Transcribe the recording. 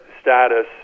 status